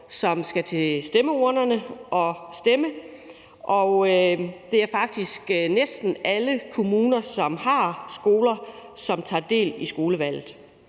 som skal til stemmeurnerne og stemme. Det er faktisk næsten alle kommuner, som har skoler, som tager del i skolevalget.